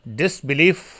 disbelief